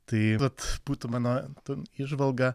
tai vat būtų mano ten įžvalga